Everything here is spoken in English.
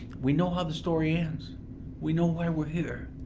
we know how the story ends we know why we're here,